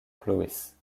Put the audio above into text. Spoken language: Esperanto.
pluis